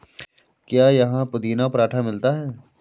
क्या यहाँ पुदीना पराठा मिलता है?